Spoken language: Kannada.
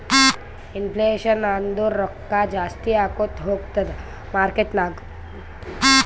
ಇನ್ಫ್ಲೇಷನ್ ಅಂದುರ್ ರೊಕ್ಕಾ ಜಾಸ್ತಿ ಆಕೋತಾ ಹೊತ್ತುದ್ ಮಾರ್ಕೆಟ್ ನಾಗ್